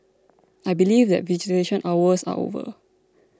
i believe that hours are over